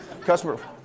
Customer